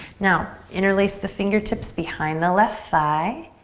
now interlace the fingertips behind the left thigh.